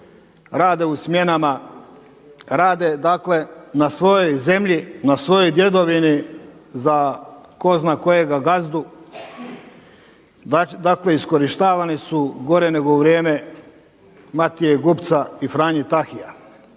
rade u smjenama, rade dakle na svojoj zemlji, na svojoj djedovini za tko zna kojega gazdu. Dakle, iskorištavani su gore nego u vrijeme Matije Gupca i Franje Tahija.